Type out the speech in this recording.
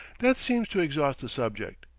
that seems to exhaust the subject.